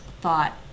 thought